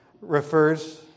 refers